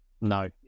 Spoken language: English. No